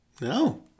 No